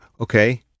okay